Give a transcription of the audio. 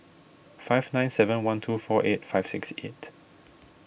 five nine seven one two four eight five six eight